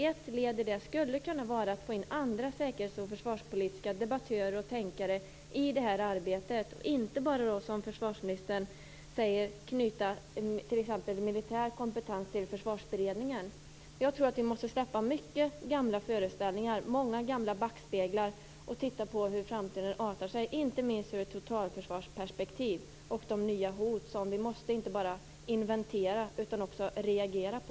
Ett led här skulle kunna vara att få in andra säkerhets och försvarspolitiska debattörer och tänkare i detta arbete och inte bara, som försvarsministern säger, knyta t.ex. militär kompetens till Försvarsberedningen. Jag tror att vi måste släppa många gamla föreställningar och många gamla backspeglar och titta på hur framtiden artar sig, inte minst ur ett totalförsvarsperspektiv, med de nya hot som vi måste inte bara inventera utan också reagera på.